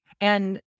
And-